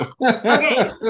Okay